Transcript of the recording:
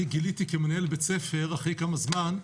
אני גיליתי כמנהל בית ספר אחרי כמה זמן,